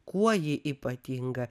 kuo ji ypatinga